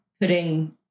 putting